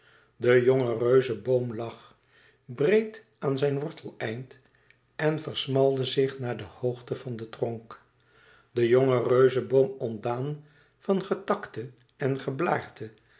de jonge reuzeboom lag breed aan zijn worteleind en versmalde zich naar de hoogte van den tronk de jonge reuzeboom ontdaan van getakte en geblaârte